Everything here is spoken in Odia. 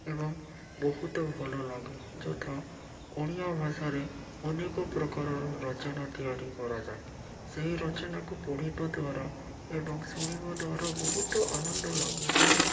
ଏବଂ ବହୁତ ଭଲ ଲାଗେ ଯଥା ଓଡ଼ିଆ ଭାଷାରେ ଅନେକ ପ୍ରକାରର ରଚନା ତିଆରି କରାଯାଏ ସେହି ରଚନାକୁ ପଢ଼ିବା ଦ୍ଵାରା ଏବଂ ଶୁଣିବା ଦ୍ୱାରା ବହୁତ ଆନନ୍ଦ ଲାଗେ ଏବଂ